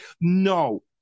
No